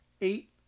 eight